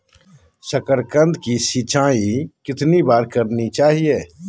साकारकंद की सिंचाई कितनी बार करनी चाहिए?